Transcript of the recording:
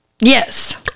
Yes